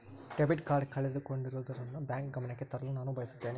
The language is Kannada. ಡೆಬಿಟ್ ಕಾರ್ಡ್ ಕಳೆದುಕೊಂಡಿರುವುದನ್ನು ಬ್ಯಾಂಕ್ ಗಮನಕ್ಕೆ ತರಲು ನಾನು ಬಯಸುತ್ತೇನೆ